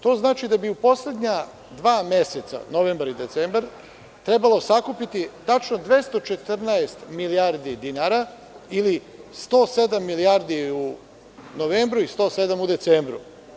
To znači da bi u poslednja dva meseca, novembar i decembar, trebalo sakupiti tačno 214 milijardi dinara ili 107 milijardi u novembru i 107 u decembru.